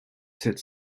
sit